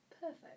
Perfect